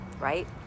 right